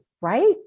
right